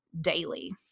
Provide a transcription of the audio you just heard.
daily